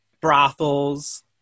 brothels